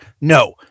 No